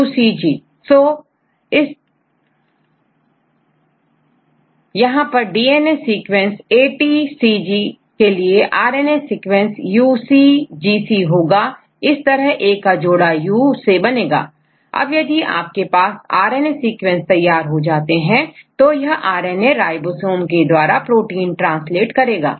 यहां पर DNA sequence के लिए आर एन ए सीक्वेंसUCGC होगा इस तरह A का जोड़ाU से बनेगा अब यदि आपके पास आर एन ए सीक्वेंस तैयार हो जाते हैं तो यह आर एन ए राइबोसोम के द्वारा प्रोटीन ट्रांसलेट करेगा